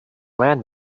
land